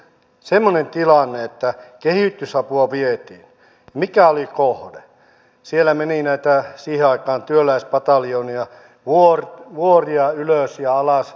kuten ensimmäisessä puheenvuorossani sanoin me teemme tämän päätöksen ensi vuoden alussa liittyen siihen asiaan lähdetäänkö tähän vai eikö tähän lähdetä